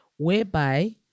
whereby